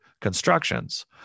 constructions